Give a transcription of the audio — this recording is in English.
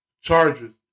charges